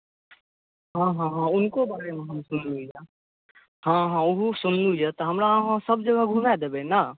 हँ हँ हँ हुनको बारेमे हम सुनलहुँ यऽ हँ हँ हँ ओहो सुनलहुँ यऽ तऽ हमरा अहाँ सभ जगह घुमा देबै ने